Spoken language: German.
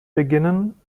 beginnen